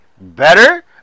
better